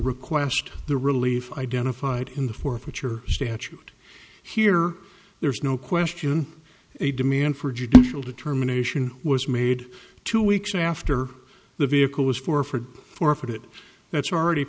request the relief identified in the forfeiture statute here there's no question a demand for judicial determination was made two weeks after the vehicle was four for four if it that's already